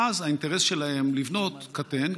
ואז האינטרס שלהם הוא לבנות קטן,